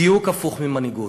בדיוק הפוך ממנהיגות,